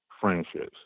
friendships